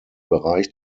bereich